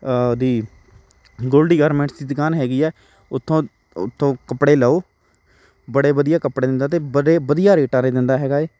ਉਹਦੀ ਗੋਲਡੀ ਗਾਰਮੈਂਟਸ ਦੀ ਦੁਕਾਨ ਹੈਗੀ ਹੈ ਉੱਥੋਂ ਉੱਥੋਂ ਕੱਪੜੇ ਲਉ ਬੜੇ ਵਧੀਆ ਕੱਪੜੇ ਦਿੰਦਾ ਅਤੇ ਬੜੇ ਵਧੀਆ ਰੇਟਾਂ 'ਤੇ ਦਿੰਦਾ ਹੈਗਾ ਹੈ